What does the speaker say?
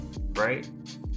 right